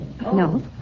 No